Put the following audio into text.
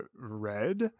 Red